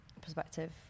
perspective